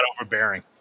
overbearing